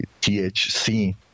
THC